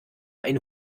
ein